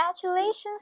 Congratulations